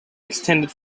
extended